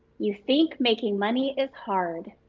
you think making money is hard.